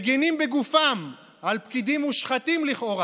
מגינים בגופם על פקידים מושחתים לכאורה